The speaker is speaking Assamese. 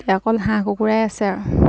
এতিয়া অকল হাঁহ কুকুৰাই আছে আৰু